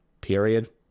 period